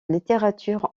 littérature